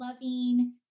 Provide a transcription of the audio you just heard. loving